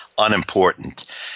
unimportant